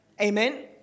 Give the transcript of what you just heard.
Amen